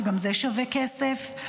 שגם זה שווה כסף,